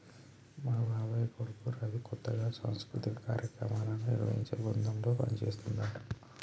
మా బాబాయ్ కొడుకు రవి కొత్తగా సాంస్కృతిక కార్యక్రమాలను నిర్వహించే బృందంలో పనిజేత్తన్నాడు